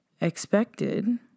expected